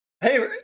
Hey